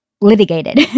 litigated